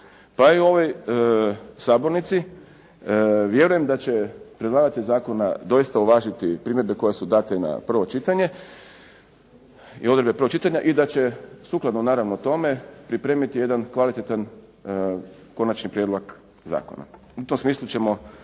pa i u ovoj sabornici, vjerujem da će predlagatelj zakona doista uvažiti primjedbe koje su date na prvo čitanje i odredbe prvog čitanja i da će sukladno naravno tome pripremiti jedan kvalitetan konačni prijedlog zakona. U tom smislu ćemo